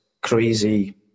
crazy